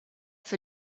für